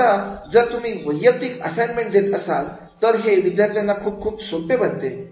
आता जर तुम्ही वैयक्तिक असाइन्मेंट देत असाल तर हे विद्यार्थ्यांना खूप खूप सोपे बनते